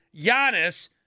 Giannis